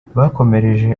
bakomereje